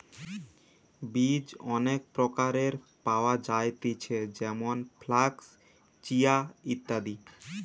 বীজ অনেক প্রকারের পাওয়া যায়তিছে যেমন ফ্লাক্স, চিয়া, ইত্যাদি